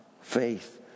Faith